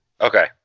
Okay